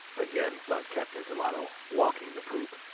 again thought captain delano, walking the poop.